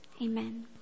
Amen